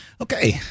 Okay